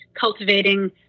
cultivating